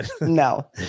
no